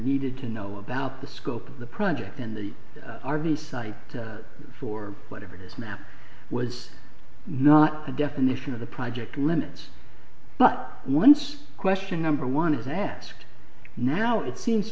needed to know about the scope of the project and the r v site for whatever his map was not the definition of the project limits but once question number one is asked now it seems